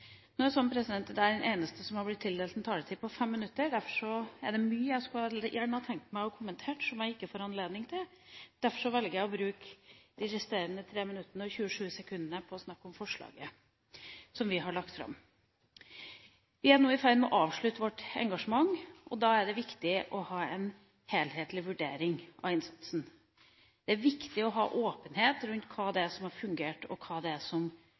Nå er det slik at jeg er den eneste av hovedtalerne som er blitt tildelt en taletid på 5 minutter. Derfor er det mye jeg gjerne kunne ha tenkt meg å kommentere, som jeg ikke får anledning til. Derfor velger jeg å bruke de resterende 3 minuttene og 27 sekundene på å snakke om forslaget som vi har lagt fram. Vi er nå i ferd med å avslutte vårt engasjement, og da er det viktig å ha en helhetlig vurdering av innsatsen. Det er viktig å ha åpenhet rundt hva som fungerte, og hva som kunne vært gjort annerledes, og det er viktig at det